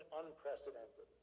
unprecedented